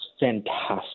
Fantastic